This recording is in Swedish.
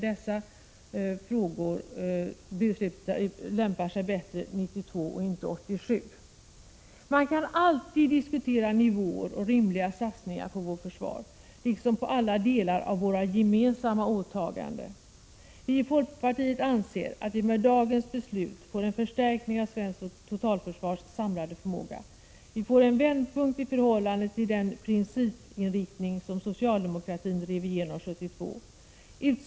Dessa frågor lämpar sig dock bättre för ; behandling 1992 än 1987. Seven Man kan alltid diskutera nivåer och rimliga satsningar på vårt försvar, liksom på alla delar av våra gemensamma åtaganden. Vi i folkpartiet anser att vi med dagens beslut får en förstärkning av svenskt totalförsvars samlade förmåga. Vi får en vändpunkt i förhållande till den principinriktning som socialdemokratin drev igenom 1972.